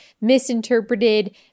misinterpreted